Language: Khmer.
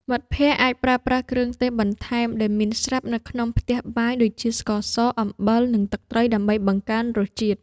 មិត្តភក្តិអាចប្រើប្រាស់គ្រឿងទេសបន្ថែមដែលមានស្រាប់នៅក្នុងផ្ទះបាយដូចជា ស្ករស អំបិល និងទឹកត្រី ដើម្បីបង្កើនរសជាតិ។